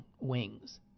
wings